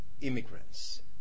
immigrants